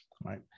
right